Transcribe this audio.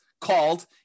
called